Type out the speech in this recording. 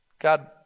God